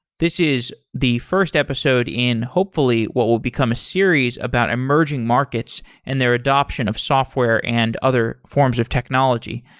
this is the first episode in hopefully what will become a series about emerging markets and their adaption of software and other forms of technology.